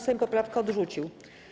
Sejm poprawkę odrzucił.